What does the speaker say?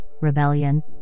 rebellion